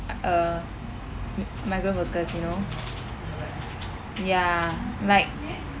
uh uh m~ migrant workers you know ya like